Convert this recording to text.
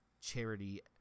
charity